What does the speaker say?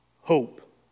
hope